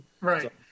Right